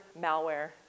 malware